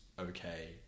okay